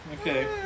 Okay